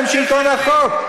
הם שלטון החוק.